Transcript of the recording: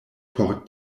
por